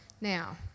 Now